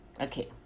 okay